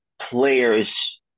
players